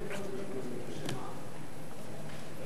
4459, 4480,